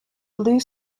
blue